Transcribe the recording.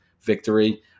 victory